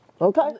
Okay